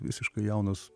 visiškai jaunas